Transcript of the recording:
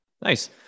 Nice